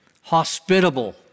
hospitable